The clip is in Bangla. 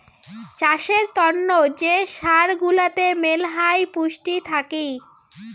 চাষের তন্ন যে সার গুলাতে মেলহাই পুষ্টি থাকি